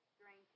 drinking